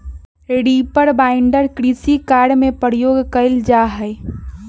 reaper binder कृषि कार्य में प्रयोग कइल जा हई